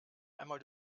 einmal